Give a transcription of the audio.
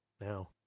now